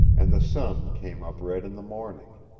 and the sun came up red in the morning.